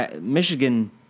Michigan